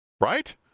Right